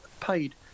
paid